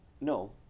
No